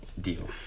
deal